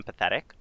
empathetic